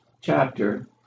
chapter